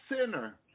sinner